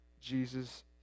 Jesus